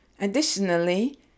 Additionally